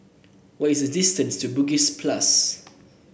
what is the distance to Bugis Plus